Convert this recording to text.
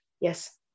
Yes